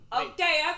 okay